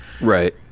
Right